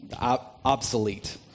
Obsolete